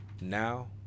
now